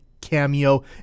cameo